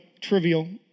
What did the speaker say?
trivial